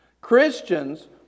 Christians